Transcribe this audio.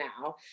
now